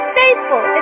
faithful